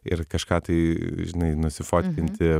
ir kažką tai žinai nusifotkinti